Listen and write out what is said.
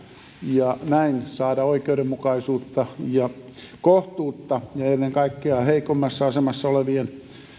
ja näin saada oikeudenmukaisuutta ja kohtuutta ja ennen kaikkea heikommassa asemassa olevien